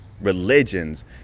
religions